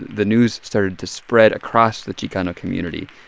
the news started to spread across the chicano community.